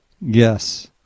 Yes